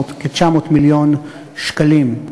כ-900 מיליון שקלים.